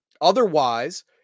Otherwise